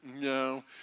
no